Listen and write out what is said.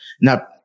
now